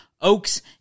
oaks